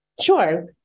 Sure